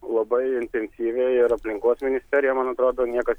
labai intensyviai ir aplinkos ministerija man atrodo niekas